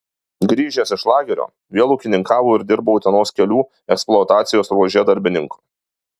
grįžęs iš lagerio vėl ūkininkavo ir dirbo utenos kelių eksploatacijos ruože darbininku